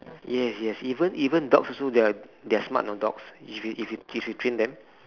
yes yes even even dogs also they are they are smart you know dogs if you if you if you train them